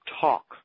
talk